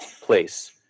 place